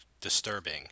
disturbing